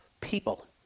people